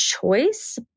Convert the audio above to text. choice